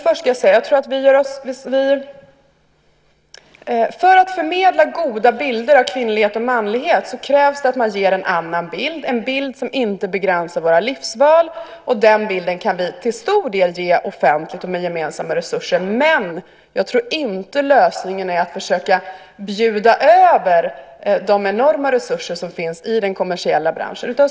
För att förmedla goda bilder av kvinnlighet och manlighet krävs det att man ger en annan bild - en bild som inte begränsar våra livsval. Den bilden kan vi till stor del ge offentligt och med gemensamma resurser. Men jag tror inte att lösningen är att försöka bjuda över de enorma resurser som finns i den kommersiella branschen.